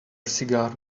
cigar